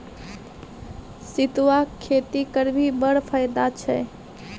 सितुआक खेती करभी बड़ फायदा छै